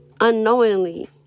unknowingly